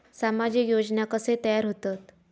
सामाजिक योजना कसे तयार होतत?